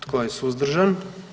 Tko je suzdržan?